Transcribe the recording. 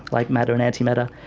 like matter and antimatter.